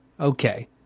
Okay